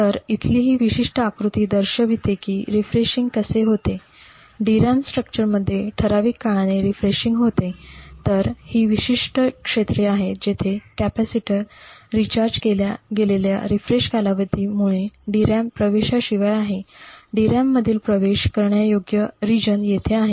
तर इथली ही विशिष्ट आकृती दर्शवते की रिफ्रेशिंग कसे होते DRAM स्ट्रक्चरमध्ये ठराविक काळाने रिफ्रेशिंग होते तर ही विशिष्ट क्षेत्रे आहेत जेथे कॅपेसिटर रीचार्ज केल्या गेलेल्या रीफ्रेश कालावधीमुळे DRAM प्रवेशाशिवाय आहे DRAM मधील प्रवेश करण्यायोग्य प्रदेश येथे आहे